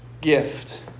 gift